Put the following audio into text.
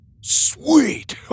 Sweet